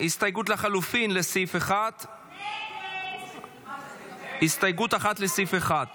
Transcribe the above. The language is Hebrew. הסתייגות 1 לחלופין, לסעיף 1. הצבעה.